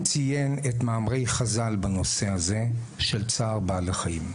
ציין את מאמרי חז"ל בנושא הזה של צער בעלי חיים.